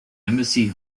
embassy